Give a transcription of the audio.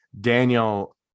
Daniel